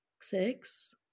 six